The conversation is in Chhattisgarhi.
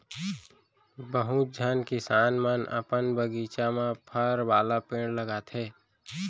बहुत झन किसान मन अपन बगीचा म फर वाला पेड़ लगाथें